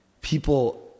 people